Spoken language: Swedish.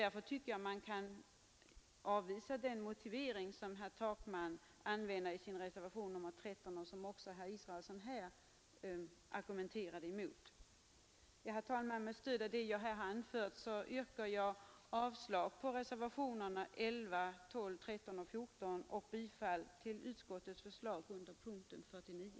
Därför tycker jag att man kan avvisa den motivering som herr Takman anför i reservationen 13. Med stöd av vad jag här har anfört yrkar jag avslag på reservationerna 11, 12, 13 och 14 och bifall till utskottets hemställan under punkten 49.